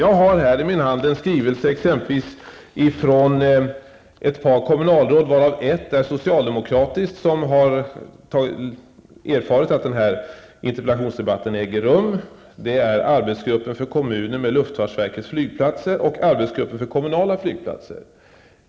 Jag har i min hand en skrivelse från ett par kommunalråd, varav ett är socialdemokratiskt, vilka har erfarit att denna interpellationsdebatt äger rum. Det är material från arbetsgruppen för kommuner med luftfartsverkets flygplatser och arbetsgruppen för kommunala flygplatser.